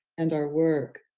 and our work,